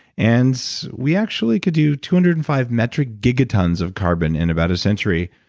and we actually could do two hundred and five metric gigatons of carbon in about a century,